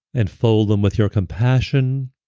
and fold them with your compassion,